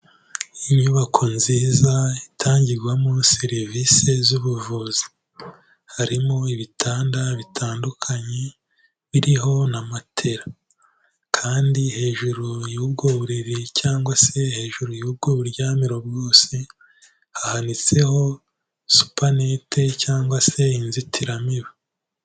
Inyubako nziza itangirwamo service z'ubuvuzi, harimo ibitanda bitandukanye biriho na matera kandi hejuru y'ubwo buriri cyangwa se hejuru y'ubwo buryamiro bwose, hanitseho supanete cyangwa se inzitiramibu.